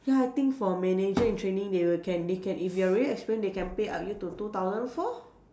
ya I think for manager in training they will can they can if you're really experienced they can pay up you to two thousand four